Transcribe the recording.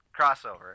crossover